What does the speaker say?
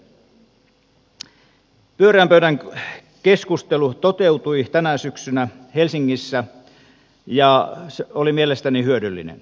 pyöreän pöydän keskustelu toteutui tänä syksynä helsingissä ja se oli mielestäni hyödyllinen